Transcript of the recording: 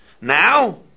now